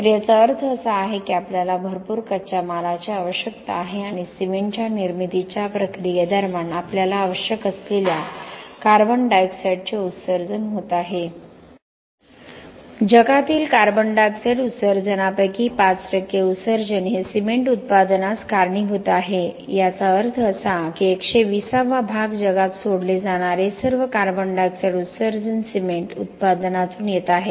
तर याचा अर्थ असा आहे की आपल्याला भरपूर कच्च्या मालाची आवश्यकता आहे आणि सिमेंटच्या निर्मितीच्या प्रक्रियेदरम्यान आपल्याला आवश्यक असलेल्या कार्बन डायॉक्साइड चे उत्सर्जन होत आहे जगातील कार्बन डायॉक्साइड उत्सर्जनांपैकी 5 टक्के उत्सर्जन हे सिमेंट उत्पादनास कारणीभूत आहे याचा अर्थ असा की 120 वा भाग जगात सोडले जाणारे सर्व कार्बन डायॉक्साइड उत्सर्जन सिमेंट उत्पादनातून येत आहेत